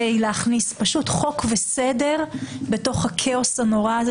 להכניס פשוט חוק וסדר בתוך הכאוס הנורא הזה